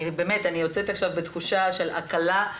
אני יוצאת עכשיו בתחושה של הקלה.